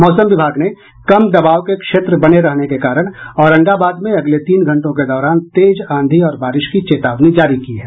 मौसम विभाग ने कम दबाव के क्षेत्र बने रहने के कारण औरंगाबाद में अगले तीन घंटों के दौरान तेज आंधी और बारिश की चेतावनी जारी की है